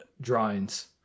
drawings